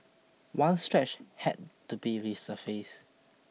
one stretch had to be resurfaced